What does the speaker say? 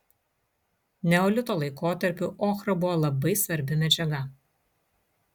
neolito laikotarpiu ochra buvo labai svarbi medžiaga